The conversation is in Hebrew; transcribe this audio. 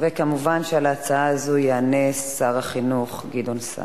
מובן שעל ההצעה הזאת יענה שר החינוך גדעון סער.